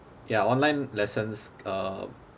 ya online lessons uh